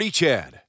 Chad